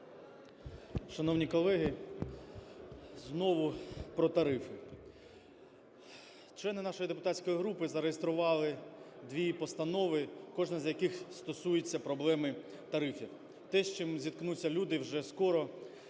Шановні колеги, знову про тарифи. Члени нашої депутатської групи зареєстрували дві постанови, кожна з яких стосується проблеми тарифів, те, з чим зіткнуться люди вже скоро,